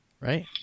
Right